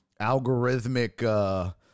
algorithmic